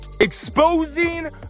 Exposing